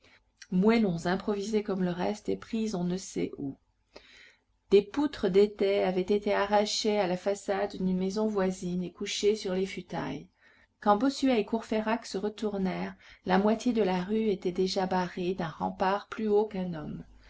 moellons improvisés comme le reste et pris on ne sait où des poutres d'étai avaient été arrachées à la façade d'une maison voisine et couchées sur les futailles quand bossuet et courfeyrac se retournèrent la moitié de la rue était déjà barrée d'un rempart plus haut qu'un homme